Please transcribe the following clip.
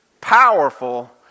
powerful